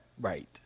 right